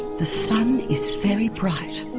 the sun is very bright.